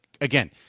again